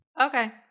Okay